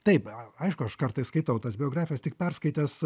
taip aišku aš kartais skaitau tas biografijas tik perskaitęs